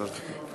שלוש דקות.